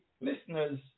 listeners